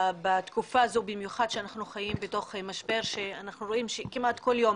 במיוחד בתקופה הזאת כשאנחנו חיים בתוך משבר ואנחנו רואים שכמעט כל יום